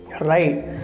Right